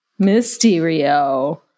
Mysterio